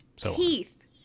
teeth